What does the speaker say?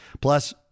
Plus